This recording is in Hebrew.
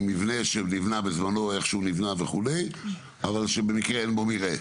עם מבנה שנבנה בזמנו איך שהוא נבנה וכולי אבל שבמקרה אין בו מרעה?